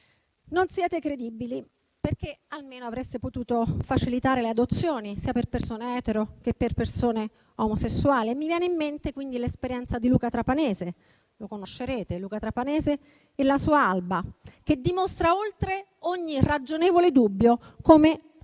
Non siete credibili, perché almeno avreste potuto facilitare le adozioni sia per persone etero che per persone omosessuali. Mi viene in mente l'esperienza di Luca Trapanese. Conoscerete Luca Trapanese e la sua Alba, che dimostra, oltre ogni ragionevole dubbio, come anche